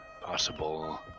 possible